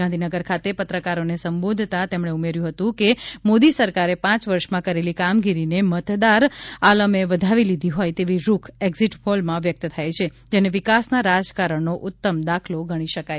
ગાંધીનગર ખાતે પત્રકારોને સંબોધતા તેમણે ઉમેર્યું હતું કે મોદી સરકારે પાંચ વર્ષમાં કરેલી કામગીરીને મતદાર આલમે વધાવી લીધી હોય તેવી રૂખ એક્ઝિટ પોલમાં વ્યક્ત થાય છે જેને વિકાસના રાજકારણનો ઉત્તમ દાખલો ગણી શકાય